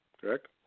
correct